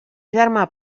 germà